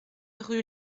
rue